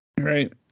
right